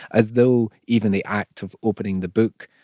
as though even the act of opening the book,